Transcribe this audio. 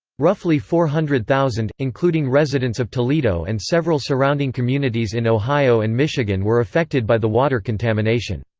roughly four hundred thousand, including residents of toledo and several surrounding communities in ohio and michigan were affected by the water contamination.